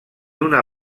una